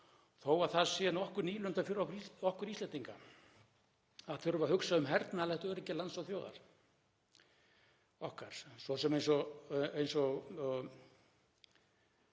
þó að það sé nokkur nýlunda fyrir okkur Íslendinga að þurfa að hugsa um hernaðarlegt öryggi lands og þjóðar okkar. Þeir sem koma og